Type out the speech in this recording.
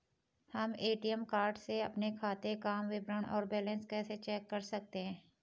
हम ATM card से अपने खाते काम विवरण और बैलेंस कैसे चेक कर सकते हैं?